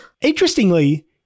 Interestingly